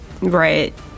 Right